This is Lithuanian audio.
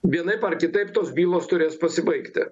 vienaip ar kitaip tos bylos turės pasibaigti